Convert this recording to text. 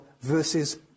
versus